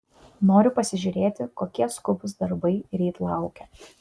noriu pasižiūrėti kokie skubūs darbai ryt laukia